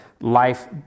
life